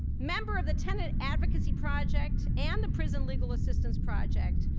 member of the tenant advocacy project and the prison legal assistance project,